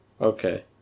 Okay